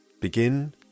Begin